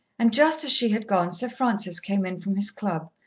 and just as she had gone sir francis came in from his club,